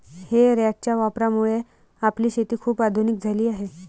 हे रॅकच्या वापरामुळे आपली शेती खूप आधुनिक झाली आहे